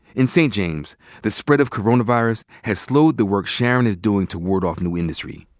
in st. james the spread of coronavirus has slowed the work sharon is doing to ward off new industry.